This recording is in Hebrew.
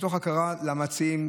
מתוך הכרה למציעים,